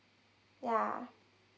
ya